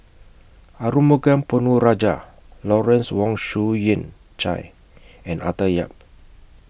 Arumugam Ponnu Rajah Lawrence Wong Shyun Tsai and Arthur Yap